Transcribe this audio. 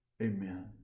Amen